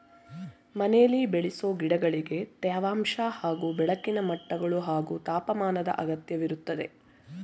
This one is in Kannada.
ಮನೆಲಿ ಬೆಳೆಸೊ ಗಿಡಗಳಿಗೆ ತೇವಾಂಶ ಹಾಗೂ ಬೆಳಕಿನ ಮಟ್ಟಗಳು ಹಾಗೂ ತಾಪಮಾನದ್ ಅಗತ್ಯವಿರ್ತದೆ